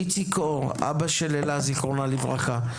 איציק אור, אבא של אלה, זיכרונה לברכה.